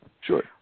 Sure